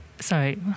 sorry